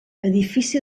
edifici